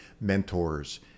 mentors